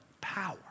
power